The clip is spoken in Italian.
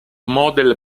model